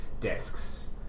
desks